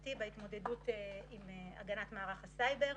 המדינתי במערך הסייבר.